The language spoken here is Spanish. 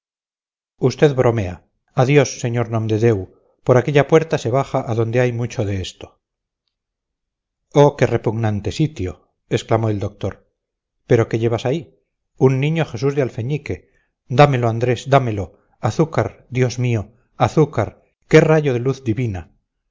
usted bromea adiós sr nomdedeu por aquella puerta se baja a donde hay mucho de esto oh qué repugnante sitio exclamó el doctor pero qué llevas ahí un niño jesús de alfeñique dámelo andrés dámelo azúcar dios mío azúcar qué rayo de luz divina